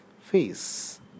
face